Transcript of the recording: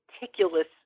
meticulous